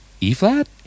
E-flat